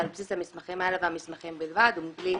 ועל בסיס המסמכים האלה והמסמכים בלבד ומבלי